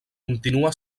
continua